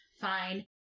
Fine